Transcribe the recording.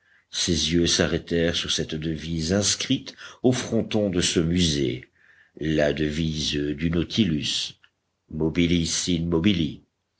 ses yeux s'arrêtèrent sur cette devise inscrite au fronton de ce musée la devise du nautilus mobilis